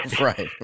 Right